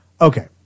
Okay